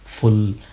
full